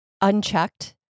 unchecked